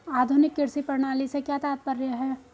आधुनिक कृषि प्रणाली से क्या तात्पर्य है?